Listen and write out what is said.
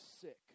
sick